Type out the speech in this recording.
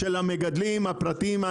המגדלים הפרטיים,